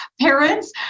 parents